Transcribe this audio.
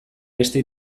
beste